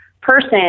person